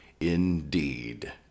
Indeed